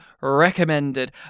recommended